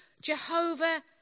Jehovah